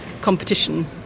competition